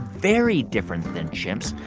very different than chimps.